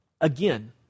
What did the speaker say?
Again